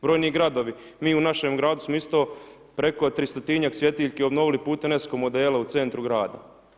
Brojni gradovi, mi u našem gradu smo isto preko tristotinjak svjetiljki obnovili putem esco modela u centru grada.